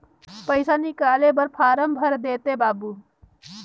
पइसा निकाले बर फारम भर देते बाबु?